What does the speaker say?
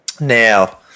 Now